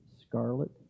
scarlet